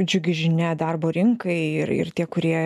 džiugi žinia darbo rinkai ir ir tie kurie